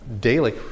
daily